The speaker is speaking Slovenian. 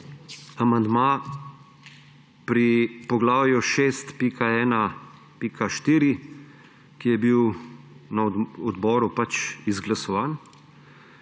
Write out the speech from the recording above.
amandma pri poglavju 6.1.4, ki je bil na odboru pač izglasovan.